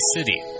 City